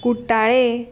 कुट्टाळे